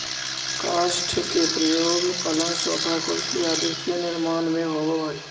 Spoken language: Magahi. काष्ठ के प्रयोग पलंग, सोफा, कुर्सी आदि के निर्माण में होवऽ हई